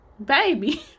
Baby